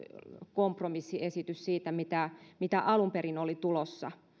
kompromissiesitys siitä mitä mitä alun perin oli tulossa